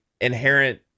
inherent